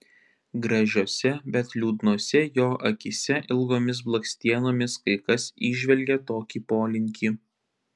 gražiose bet liūdnose jo akyse ilgomis blakstienomis kai kas įžvelgia tokį polinkį